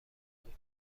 بود